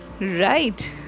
right